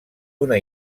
una